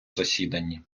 засіданні